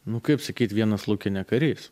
nu kaip sakyt vienas lauke ne karys